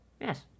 Yes